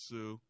Sue